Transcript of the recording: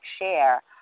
share